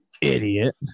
idiot